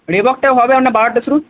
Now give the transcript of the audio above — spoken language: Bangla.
রেবকটা হবে আপনার বারো হাজার থেকে শুরু